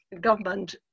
government